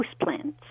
houseplants